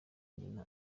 nyina